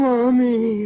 Mommy